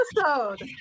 episode